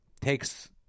takes